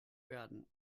werden